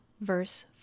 verse